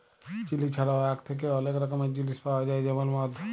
chilli ছাড়াও আখ থ্যাকে অলেক রকমের জিলিস পাউয়া যায় যেমল মদ